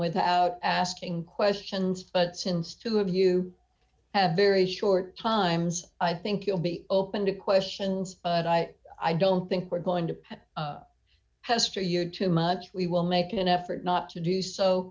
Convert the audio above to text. without asking questions but since two of you have very short times i think you'll be open to questions i don't think we're going to ask for your too much we will make an effort not to do so